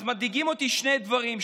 אז מדאיגים אותי שני מדדים.